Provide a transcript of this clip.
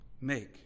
Make